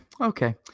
Okay